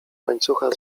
łańcucha